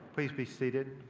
please be seated.